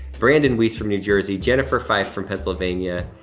brandon weiss from new jersey, jennifer fife from pennsylvania.